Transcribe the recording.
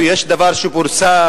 יש דבר שפורסם.